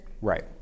Right